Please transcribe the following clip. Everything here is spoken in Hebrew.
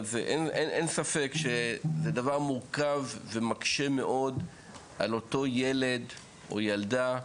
אין ספק שזה דבר מורכב ומקשה מאוד על אותו ילד או ילדה,